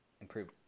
improve